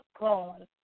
God